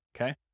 okay